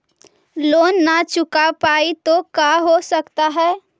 Loan न चुका पाई तो का हो सकता है?